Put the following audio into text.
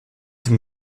dem